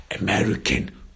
American